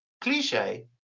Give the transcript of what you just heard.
cliche